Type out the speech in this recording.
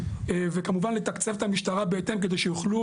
וכמובן לתקצב את המשטרה בהתאם כדי שיוכלו